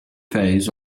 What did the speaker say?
phase